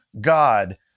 God